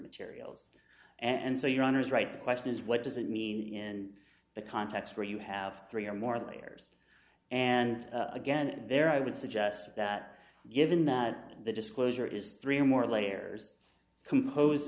materials and so your honor is right the question is what does it mean in the context where you have three or more layers and again and there i would suggest that given that the disclosure is three or more layers composed